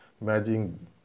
imagine